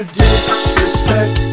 disrespect